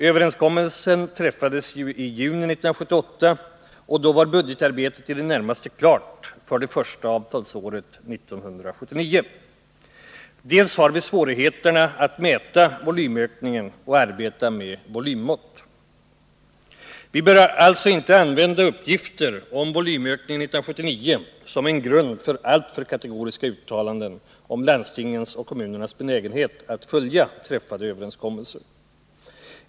Överenskommelsen träffades i juni 1978, och då var budgetarbetet för det första avtalsåret, 1979, i det närmaste klart. Vidare har vi svårigheterna att mäta volymökningen och arbeta med volymmått. Vi bör alltså inte använda uppgifter om volymökningen 1979 som en grund för alltför kategoriska uttalanden om landstingens och kommunernas benägenhet att följa träffade överenskommelser.